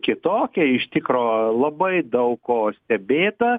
kitokie iš tikro labai daug ko stebėta